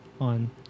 on